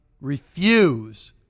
refuse